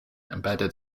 embedded